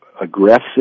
aggressive